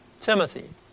Timothy